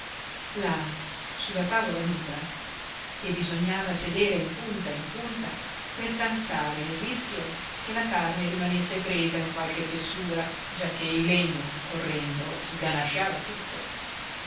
la tavola nuda e bisognava sedere in punta in punta per cansare il rischio che la carne rimanesse presa in qualche fessura giacché il legno correndo sganasciava tutto